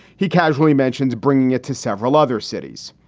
he casually mentions bringing it to several other cities.